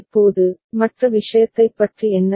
இப்போது மற்ற விஷயத்தைப் பற்றி என்ன